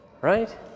right